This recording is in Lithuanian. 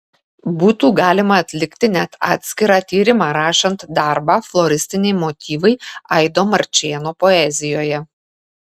būtų galima atlikti net atskirą tyrimą rašant darbą floristiniai motyvai aido marčėno poezijoje